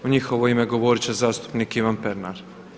U njihovo ime govoriti će zastupnik Ivan Pernar.